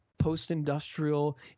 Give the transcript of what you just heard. post-industrial